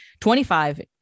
25